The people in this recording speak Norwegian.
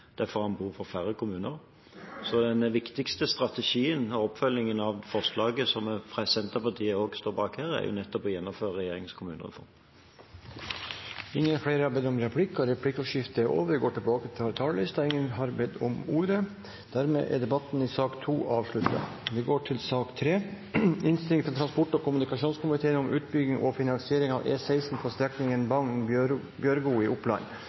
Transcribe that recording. derfor har en behov for færre kommuner. Så den viktigste strategien og oppfølgingen av dette forslaget, som også Senterpartiet står bak, er nettopp å gjennomføre regjeringens kommunereform. Replikkordskiftet er over. Flere har ikke bedt om ordet til sak nr. 2. Etter ønske fra transport- og kommunikasjonskomiteen vil presidenten foreslå at taletiden blir begrenset til 5 minutter til hver partigruppe og 5 minutter til